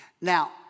Now